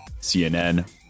CNN